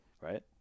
right